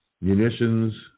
munitions